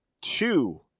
two